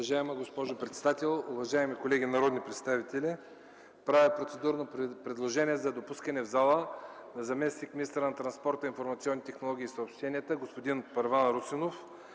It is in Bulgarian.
Уважаема госпожо председател, уважаеми колеги народни представители! Правя процедурно предложение за допускане в залата на заместник-министъра на транспорта, информационните технологии и съобщенията господин Първан Русинов,